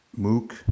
MOOC